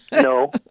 No